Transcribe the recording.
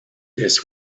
this